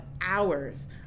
hours